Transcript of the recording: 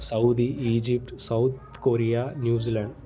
Saudi Egypt South Korea New Zealand